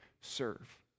serve